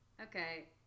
Okay